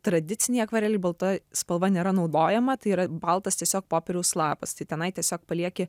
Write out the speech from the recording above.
tradicinėj akvarelėj balta spalva nėra naudojama tai yra baltas tiesiog popieriaus lapas tai tenai tiesiog palieki